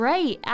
Right